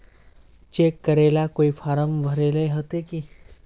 Cheque करेला कोई form भरेले होते की?